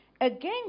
Again